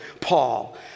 Paul